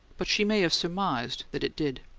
but she may have surmised that it did.